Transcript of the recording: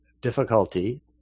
difficulty